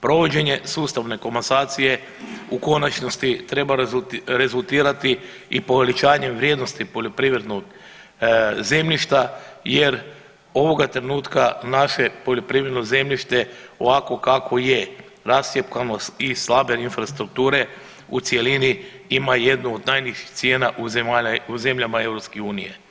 Provođenje sustavne komasacije u konačnosti treba rezultirati i povećanjem vrijednosti poljoprivrednog zemljišta jer ovoga trenutka naše poljoprivredno zemljište ovakvo kako je rascjepkano i slabe infrastrukture u cjelini ima jednu od najnižih cijena u zemalja, u zemljama EU.